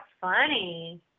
funny